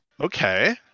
Okay